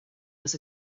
was